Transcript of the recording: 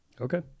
Okay